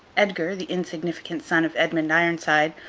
edgar, the insignificant son of edmund ironside,